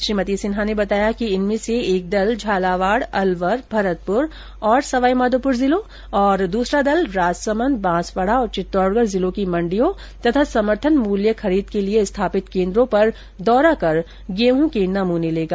श्रीमती सिन्हा ने बताया कि इनमें से एक दल झालावाड़ अलवर भरतपुर और सवाई माधोपुर जिलों तथा दूसरा दल राजसमंद बांसवाड़ा और चित्तौडगढ़ जिलों की मण्डियों तथा समर्थन मूल्य खरीद के लियें स्थापित केन्द्रों पर दौरा कर गेहूं के नमूने लेगा